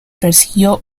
persiguió